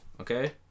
Okay